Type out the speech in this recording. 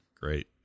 Great